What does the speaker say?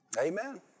Amen